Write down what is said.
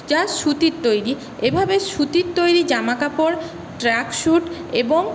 যা সুতির তৈরি এভাবে সুতির তৈরি জামাকাপড় ট্রাক স্যুট এবং